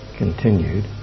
continued